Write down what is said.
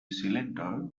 cylinder